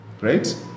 right